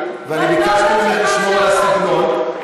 ואני ביקשתי ממך לשמור על הסגנון.